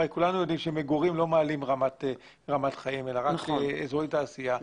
הרי כולנו יודעים שמגורים לא מעלים רמת חיים אלא רק אזורי תעשייה,